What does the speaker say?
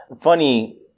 Funny